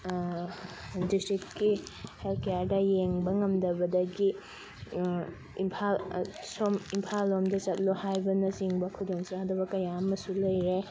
ꯗꯤꯁꯇ꯭ꯔꯤꯛꯀꯤ ꯍꯦꯜꯊ ꯀꯦꯌꯔꯗ ꯌꯦꯡꯕ ꯉꯝꯗꯕꯗꯒꯤ ꯏꯝꯐꯥꯜ ꯁꯣꯝ ꯏꯝꯐꯥꯜ ꯂꯣꯝꯗ ꯆꯠꯂꯣ ꯍꯥꯏꯕꯅꯆꯤꯡꯕ ꯈꯨꯗꯣꯡ ꯆꯥꯗꯕ ꯀꯌꯥ ꯑꯃꯁꯨ ꯂꯩꯔꯦ